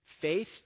Faith